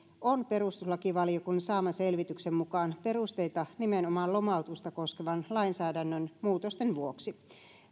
on perustuslakivaliokunnan saaman selvityksen mukaan perusteita nimenomaan lomautusta koskevan lainsäädännön muutosten vuoksi